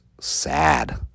sad